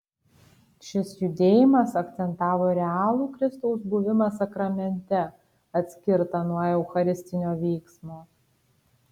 šis judėjimas akcentavo realų kristaus buvimą sakramente atskirtą nuo eucharistinio vyksmo